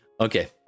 Okay